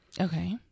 Okay